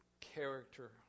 character